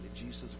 Jesus